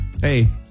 Hey